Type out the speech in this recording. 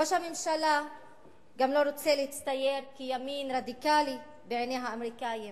ראש הממשלה גם לא רוצה להצטייר כימין רדיקלי בעיני האמריקנים